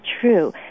true